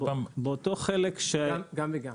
גם וגם.